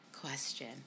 question